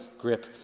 grip